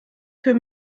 für